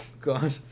God